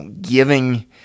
giving